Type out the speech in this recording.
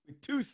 Two